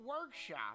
workshop